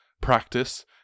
practice